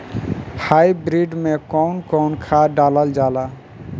Hybrid में कउन कउन खाद डालल जाला?